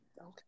okay